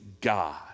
God